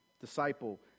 Disciple